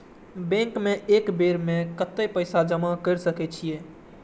Bank में एक बेर में कतेक पैसा जमा कर सके छीये?